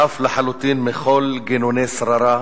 חף לחלוטין מכל גינוני שררה,